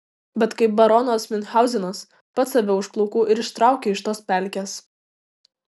bet kaip baronas miunchauzenas pats save už plaukų ir ištrauki iš tos pelkės